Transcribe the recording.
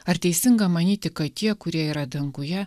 ar teisinga manyti kad tie kurie yra danguje